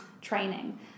training